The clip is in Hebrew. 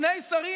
שני שרים,